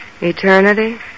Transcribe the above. Eternity